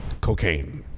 cocaine